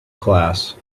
class